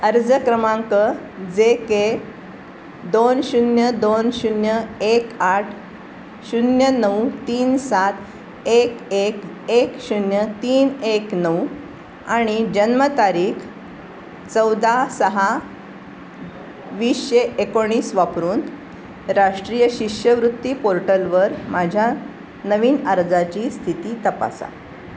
अर्ज क्रमांक J K दोन शून्य दोन शून्य एक आठ शून्य नऊ तीन सात एक एक एक शून्य तीन एक नऊ आणि जन्मतारीख चौदा सहा वीसशे एकोणीस वापरून राष्ट्रीय शिष्यवृत्ती पोर्टलवर माझ्या नवीन अर्जाची स्थिती तपासा